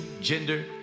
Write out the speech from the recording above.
gender